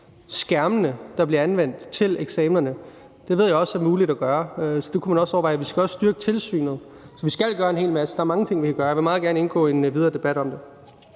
skærmene, der bliver anvendt til eksamenerne. Det ved jeg også er muligt at gøre, så det kunne man også overveje. Vi skal også styrke tilsynet. Så vi skal gøre en hel masse. Der er mange ting, vi kan gøre, og jeg vil meget gerne indgå i en videre debat om det.